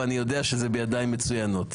ואני יודע שזה בידיים מצוינות.